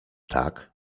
tak